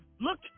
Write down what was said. Look